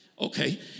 Okay